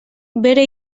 bere